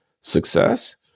success